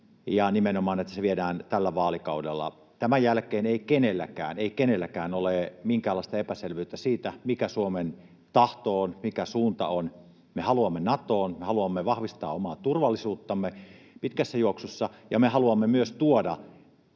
ja nimenomaan, että se viedään tällä vaalikaudella. Tämän jälkeen ei kenelläkään — ei kenelläkään — ole minkäänlaista epäselvyyttä siitä, mikä Suomen tahto on, mikä suunta on. Me haluamme Natoon, me haluamme vahvistaa omaa turvallisuuttamme pitkässä juoksussa ja me haluamme myös tuoda